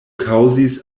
kaŭzis